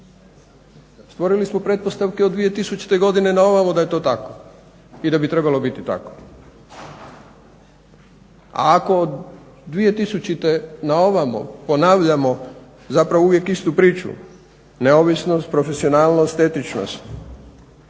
Stvorili smo pretpostavke od 2000.na ovamo da je to tako i da bi trebalo biti tako. A ako od 2000.na ovamo ponavljamo zapravo uvijek istu priču neovisnost, profesionalnost, etičnost